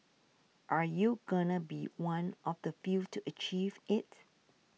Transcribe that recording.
are you gonna be one of the few to achieve it